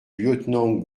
lieutenant